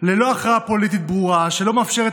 ללא הכרעה פוליטית ברורה שלא מאפשרות